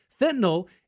Fentanyl